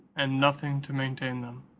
and nothing to maintain them.